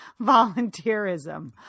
volunteerism